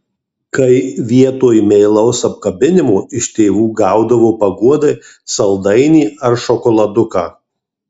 kai vietoj meilaus apkabinimo iš tėvų gaudavo paguodai saldainį ar šokoladuką